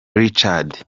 richard